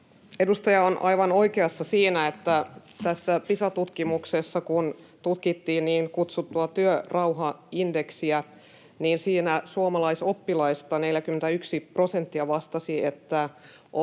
Edustaja on aivan oikeassa siinä, että kun tässä Pisa-tutkimuksessa tutkittiin niin kutsuttua työrauhaindeksiä, siinä suomalaisoppilaista 41 prosenttia vastasi, että